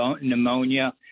pneumonia